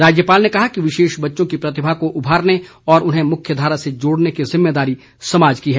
राज्यपाल ने कहा कि विशेष बच्चों की प्रतिभा को उभारने और उन्हें मुख्यधारा से जोड़ने की जिम्मेदारी समाज की है